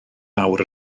awr